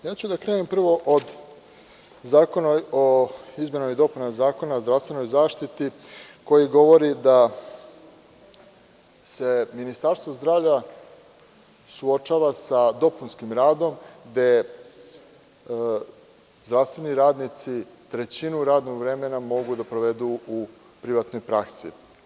Ja ću da krenem prvo od zakona o izmenama i dopunama Zakona o zdravstvenoj zaštiti, koji govori da se Ministarstvo zdravlja suočava sa dopunskim radom gde zdravstveni radnici trećinu radnog vremena mogu da provedu u privatnoj praksi.